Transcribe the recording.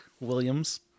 Williams